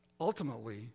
ultimately